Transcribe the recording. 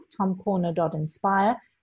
tomcorner.inspire